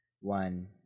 one